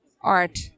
Art